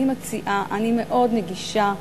אני מציעה: אני מאוד נגישה.